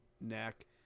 neck